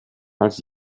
als